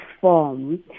form